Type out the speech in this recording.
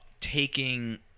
taking